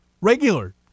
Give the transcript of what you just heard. regular